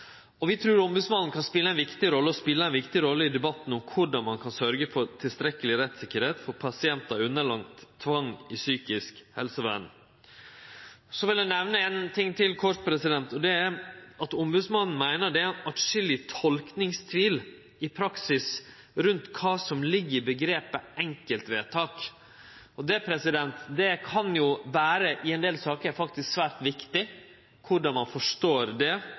og vi trur at ombodsmannen kan spele og speler ei viktig rolle i debatten om korleis ein kan sørgje for tilstrekkeleg rettstryggleik for pasientar som er underlagde tvang i psykisk helsevern. Eg vil kort nemne ein ting til, og det er at ombodsmannen meiner det er atskilleg tolkingstvil i praksis om kva som ligg i omgrepet «enkeltvedtak». Og korleis ein forstår det, kan i ein del saker vere svært viktig for utfallet. Komiteen ber regjeringa jobbe med å få på plass ein